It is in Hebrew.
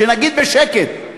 שנגיד בשקט,